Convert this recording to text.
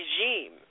regime